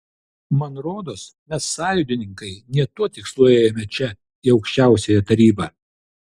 man rodos mes sąjūdininkai ne tuo tikslu ėjome čia į aukščiausiąją tarybą